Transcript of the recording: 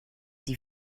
die